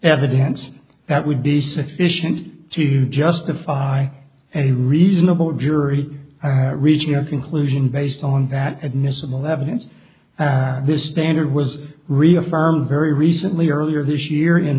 evidence that would be sufficient to justify any reasonable jury reached no conclusion based on that admissible evidence and this standard was reaffirmed very recently earlier this year i